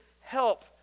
help